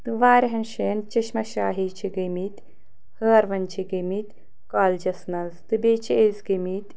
تہٕ وارِہَن جایَن چشمَہ شاہی چھِ گٔمِتۍ ہٲروَن چھِ گٔمِتۍ کالجَس منٛز تہٕ بیٚیہِ چھِ أسۍ گٔمِتۍ